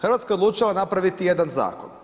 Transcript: Hrvatska je odlučila napraviti jedan zakon.